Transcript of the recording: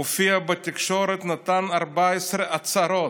הופיע בתקשורת ונתן 14 הצהרות.